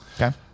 Okay